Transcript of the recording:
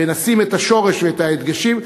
ונשים את השורש ואת ההדגשים,